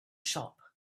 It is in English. shop